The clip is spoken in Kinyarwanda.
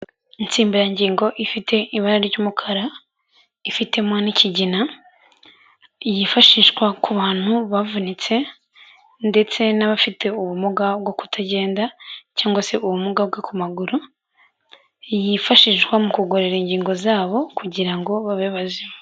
Insimburangingo ifite ibara ry'umukara, ifitemo n' ikigina. Yifashishwa ku bantu bavunitse ndetse n'abafite ubumuga bwo kutagenda cyangwa se ubumuga bwo ku maguru, yifashishwa mu kugororera ingingo zabo kugira ngo babe baze.